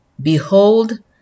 Behold